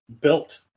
built